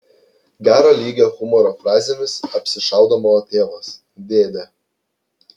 gero lygio humoro frazėmis apsišaudo mano tėvas dėdė